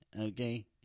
Okay